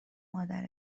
مادر